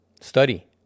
study